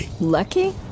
Lucky